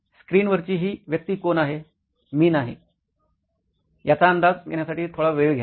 स्क्रीनवरची ही व्यक्ती कोण आहे मी नाही याचा अंदाज घेण्यासाठी थोडा वेळ घ्या